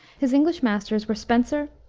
his english masters were spenser,